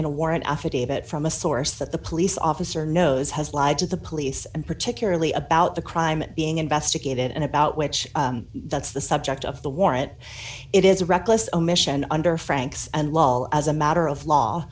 in a warrant affidavit from a source that the police officer knows has lied to the police and particularly about the crime being investigated and about which that's the subject of the warrant it is reckless omission under franks and lol as a matter of law